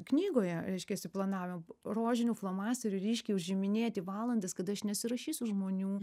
knygoje reiškiasi planavimo rožiniu flomasteriu ryškiai užiminėti valandas kada aš nesirašysiu žmonių